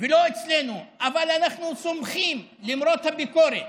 ולא אצלנו, אבל אנחנו סומכים, למרות הביקורת,